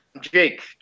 Jake